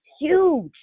huge